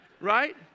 right